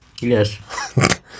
Yes